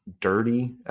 dirty